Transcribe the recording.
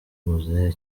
muzehe